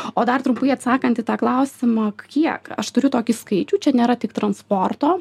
o dar trumpai atsakant į tą klausimą kiek aš turiu tokį skaičių čia nėra tik transporto